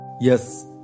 Yes